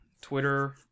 Twitter